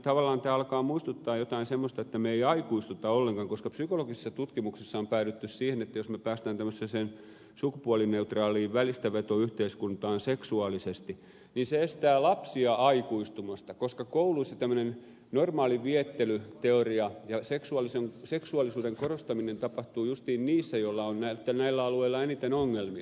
tavallaan tämä alkaa muistuttaa jotain semmoista että me emme aikuistu ollenkaan koska psykologisissa tutkimuksissa on päädytty siihen että jos me pääsemme tämmöiseen sukupuolineutraaliin välistävetoyhteiskuntaan seksuaalisesti niin se estää lapsia aikuistumasta koska kouluissa yleisen viettelyteorian mukaan tämmöinen seksuaalisuuden korostaminen tapahtuu justiin niissä joilla on näillä alueilla eniten ongelmia